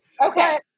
Okay